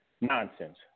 Nonsense